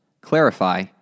Clarify